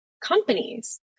companies